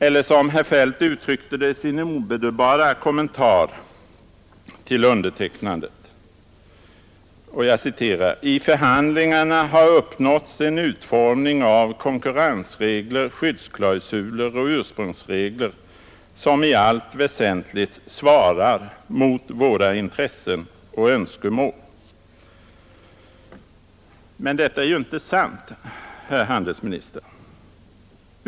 Eller som herr Feldt uttryckte det i sin omedelbara kommentar till undertecknandet: ”I förhandlingarna har uppnåtts en utformning av konkurrensregler, skyddsklausuler och ursprungsregler som i allt väsentligt svarar mot våra intressen och önskemål.” Men detta är ju inte sant, herr handelsminister.